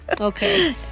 Okay